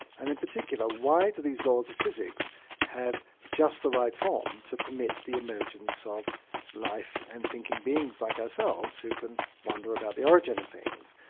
and in particular, why do these laws of physics have just the right form to permit the emergence of life and thinking beings like ourselves who can wonder about the origin of things.